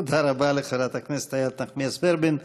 תודה רבה לחברת הכנסת איילת נחמיאס ורבין.